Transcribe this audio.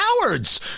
cowards